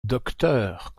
docteur